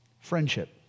friendship